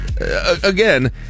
again